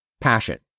passion